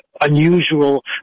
unusual